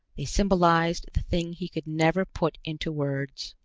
they symbolized the thing he could never put into words.